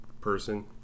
person